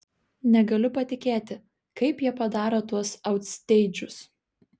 negaliu patikėti kaip jie padaro tuos autsteidžus